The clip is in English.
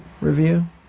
review